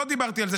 לא דיברתי על זה,